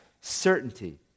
certainty